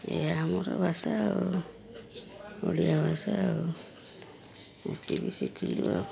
ଏହା ଆମର ଭାଷା ଆଉ ଓଡ଼ିଆ ଭାଷା ଆଉ ଏତିକି ଶିଖିଲୁ ଆଉ